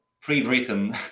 pre-written